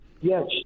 Yes